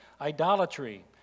idolatry